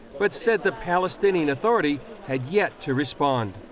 but said the palestinian authority had yet to respond.